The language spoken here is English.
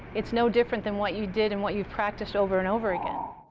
it's no different than what you did and what you practiced over and over again.